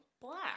Black